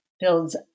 builds